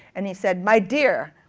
and he said, my dear,